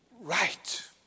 right